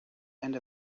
end